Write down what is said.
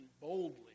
boldly